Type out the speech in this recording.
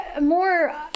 more